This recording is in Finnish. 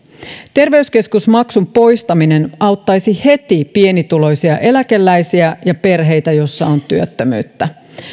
terveyskeskusmaksun poistaminen auttaisi heti pienituloisia eläkeläisiä ja perheitä joissa on työttömyyttä